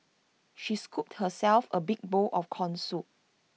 she scooped herself A big bowl of Corn Soup